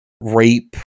rape